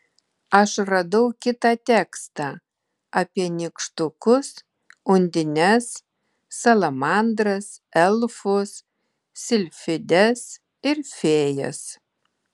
aš radau kitą tekstą apie nykštukus undines salamandras elfus silfides ir fėjas